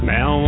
Now